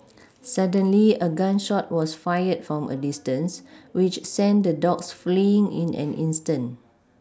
suddenly a gun shot was fired from a distance which sent the dogs fleeing in an instant